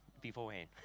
beforehand